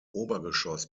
obergeschoss